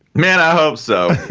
man, i hope so.